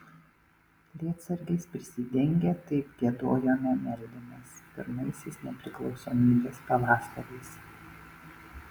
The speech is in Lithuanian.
lietsargiais prisidengę taip giedojome meldėmės pirmaisiais nepriklausomybės pavasariais